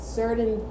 certain